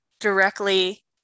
directly